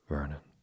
Vernon